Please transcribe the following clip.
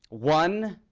one,